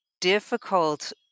difficult